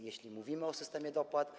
Jeśli mówimy o systemie dopłat.